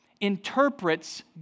interprets